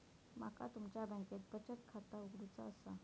माका तुमच्या बँकेत बचत खाता उघडूचा असा?